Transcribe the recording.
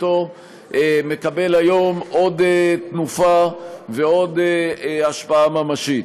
מקבל היום עוד תנופה ועוד השפעה ממשית.